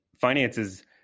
finances